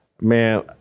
Man